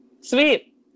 sweet